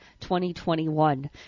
2021